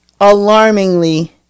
Alarmingly